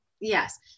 Yes